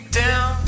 down